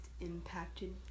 impacted